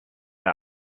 out